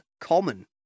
common